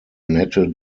anette